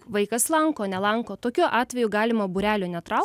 vaikas lanko nelanko tokiu atveju galima būrelio netrau